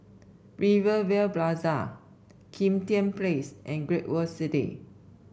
Rivervale Plaza Kim Tian Place and Great World City